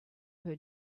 her